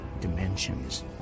dimensions